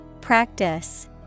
practice